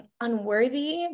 unworthy